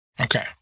Okay